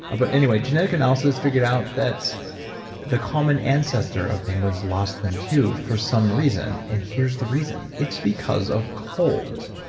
but anyway, genetic analysis figured out that the common ancestor of penguins lost them too, for some reason, and here's the reason it's because of cold.